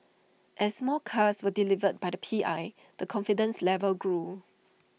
as more cars were delivered by the P I the confidence level grew